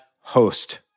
host